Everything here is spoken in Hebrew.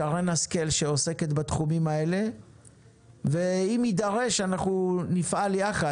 שרן השכל שעוסקת גם היא בתחומים האלה ואם יידרש אנחנו נפעל יחד,